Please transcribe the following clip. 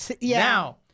Now